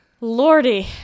Lordy